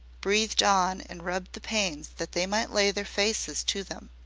breathed on and rubbed the panes that they might lay their faces to them.